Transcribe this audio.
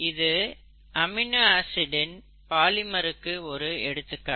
இது amino acid இன் பாலிமருக்கு ஒரு எடுத்துக்காட்டு